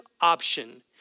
option